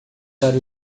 para